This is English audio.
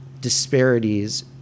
disparities